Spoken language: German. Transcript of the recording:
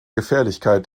gefährlichkeit